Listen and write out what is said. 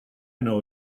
know